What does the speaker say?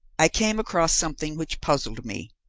i came across something which puzzled me.